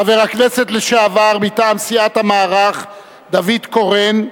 חבר הכנסת לשעבר מטעם סיעת המערך, דוד קורן,